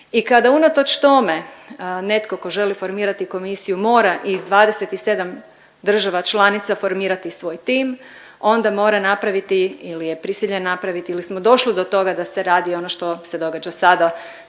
i kada unatoč tome netko ko želi formirati komisiju mora iz 27 država članica formirati svoj tim onda mora napraviti ili je prisiljen napraviti ili smo došli do toga da se radi ono što se događa sada,